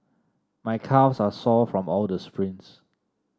my calves are sore from all the sprints